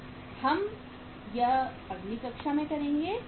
वह हम अगली कक्षा में करेंगे